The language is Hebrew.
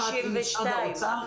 בעצה אחת עם משרד האוצר, אגף התקציבים.